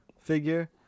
figure